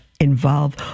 involve